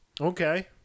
Okay